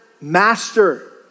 master